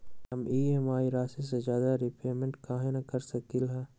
हम ई.एम.आई राशि से ज्यादा रीपेमेंट कहे न कर सकलि ह?